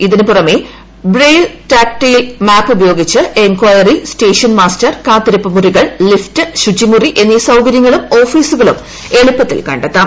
ഇതിനു പുറമെ braille tactile map ഉപയോഗിച്ച് എൻക്വയറി സ്റ്റേഷൻ മാസ്റ്റർ കാത്തിരിപ്പ് മുറികൾ ലിഫ്റ്റ് ശുചിമുറി എന്നീ സൌകര്യങ്ങളും ഓഫീസുകളും എളുപ്പത്തിൽ കണ്ടെത്താം